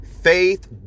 Faith